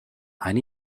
eine